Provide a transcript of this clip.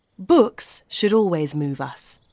books should always move us,